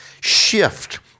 shift